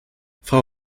frau